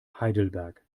heidelberg